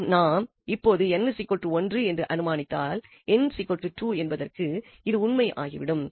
மேலும் நாம் இப்பொழுது n1 என்று அனுமானித்தால் n2 என்பதற்கு இது உண்மை ஆகிவிடும்